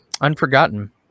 Unforgotten